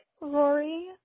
Rory